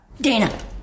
Dana